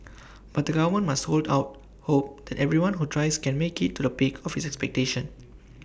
but the government must hold out hope that everyone who tries can make IT to the peak of his expectation